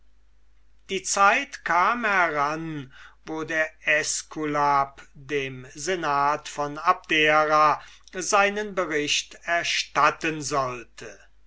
die zeit kam heran wo der aeskulap dem senat von abdera seinen bericht erstatten sollte